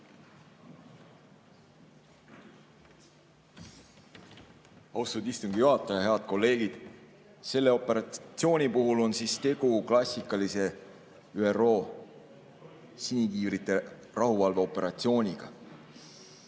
Austatud istungi juhataja! Head kolleegid! Selle operatsiooni puhul on tegu klassikalise ÜRO sinikiivrite rahuvalveoperatsiooniga.